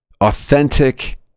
authentic